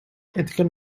ethical